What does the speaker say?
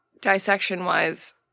dissection-wise